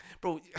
Bro